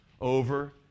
over